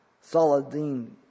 Saladin